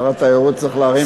שר התיירות, צריך להרים את הקול.